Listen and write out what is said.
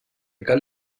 cal